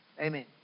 Amen